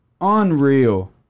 Unreal